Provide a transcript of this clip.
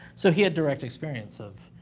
so, he had direct experience of,